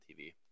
TV